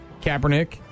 Kaepernick